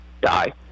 die